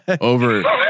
over